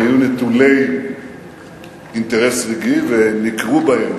הם היו נטולי אינטרס רגעי, וניכרו בהם